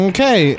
Okay